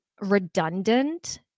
redundant